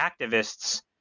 activists